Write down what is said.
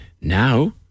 Now